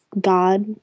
God